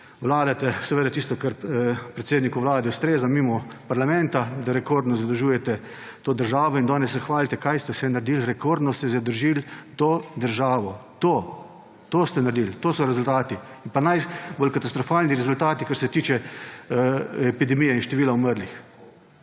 vladate, seveda tisto, kar predsedniku Vlade ustreza, mimo parlamenta, da rekordno zadolžujete to državo. In danes se hvalite, kaj ste vse naredili. Rekordno ste zadolžili to državo. To, to ste naredili, to so rezultati in pa najbolj katastrofalni rezultati, kar se tiče epidemije in števila umrlih.